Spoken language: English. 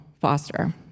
foster